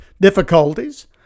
difficulties